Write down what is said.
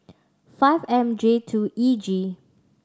five M J two E G